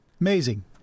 Amazing